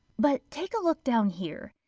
but, take a look down here.